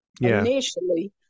initially